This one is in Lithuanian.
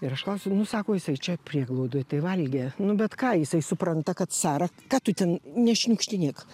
ir aš klausiu nu sako jisai čia prieglaudoj tai valgė nu bet ką jisai supranta kad sara ką tu ten nešniukštinėk